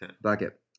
bucket